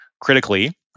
critically